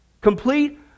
Complete